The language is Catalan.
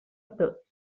tots